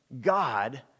God